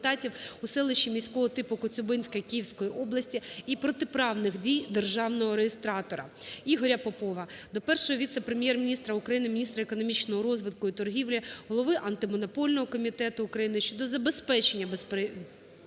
у селищі міського типу Коцюбинське Київської області і протиправних дій державного реєстратора. Ігоря Попова до Першого віце-прем'єр-міністра України – міністра економічного розвитку і торгівлі, голови Антимонопольного комітету України щодо забезпечення безперебійного